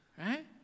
Right